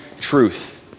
truth